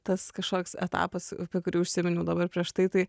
tas kažkoks etapas apie kurį užsiminiau dabar prieš tai tai